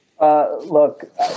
Look